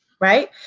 right